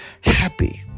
happy